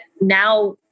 now